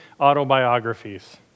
autobiographies